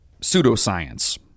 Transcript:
Pseudoscience